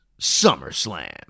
SummerSlam